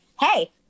Hey